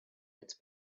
its